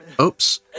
Oops